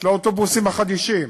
של האוטובוסים החדישים.